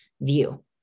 view